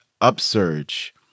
upsurge